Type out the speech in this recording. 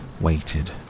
waited